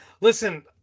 listen